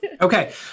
Okay